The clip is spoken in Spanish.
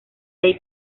ahí